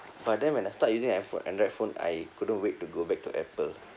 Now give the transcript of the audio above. but then when I start using and~ android phone I couldn't wait to go back to apple